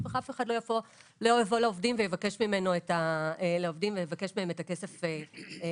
אף אחד לא יבוא לעובדים ויבקש מהם את הכסף בחזרה.